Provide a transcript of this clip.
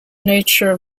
nature